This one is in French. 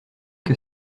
que